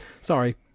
sorry